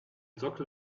sockel